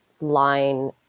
line